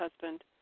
husband